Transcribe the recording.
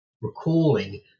recalling